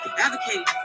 Advocating